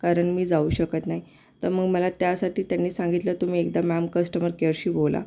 कारण मी जाऊ शकत नाही तर मग मला त्यासाठी त्यांनी सांगितलं तुम्ही एकदा मॅम कस्टमर केअरशी बोला